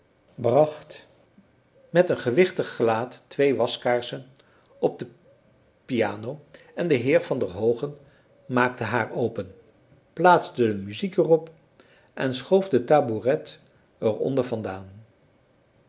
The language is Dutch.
bracht met een gewichtig gelaat twee waskaarsen op de piano en de heer van der hoogen maakte haar open plaatste de muziek er op en schoof de tabouret er onder